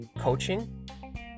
coaching